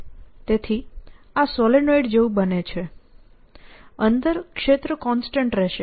તેથી આ સોલેનોઇડ જેવું બને છે અંદર ક્ષેત્ર કોન્સ્ટન્ટ રહેશે